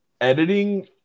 editing